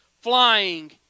flying